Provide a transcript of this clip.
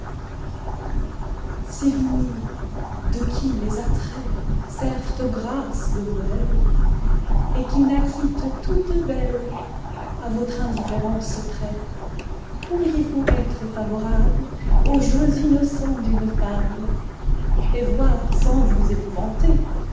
sévigné de qui les attraits servent aux grâces de modèle et qui naquîtes toute belle à votre indifférence près pourriez-vous être favorable aux jeux innocents d'une fable et voir sans vous épouvanter